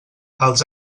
els